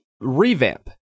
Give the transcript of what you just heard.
revamp